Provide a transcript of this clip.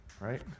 right